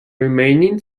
remaining